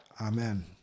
Amen